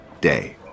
Day